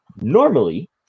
Normally